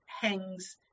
hangs